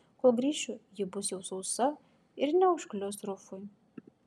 kol grįšiu ji bus jau sausa ir neužklius rufui